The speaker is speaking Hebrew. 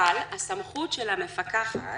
אבל, הסמכות של המפקחת